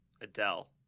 Adele